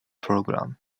program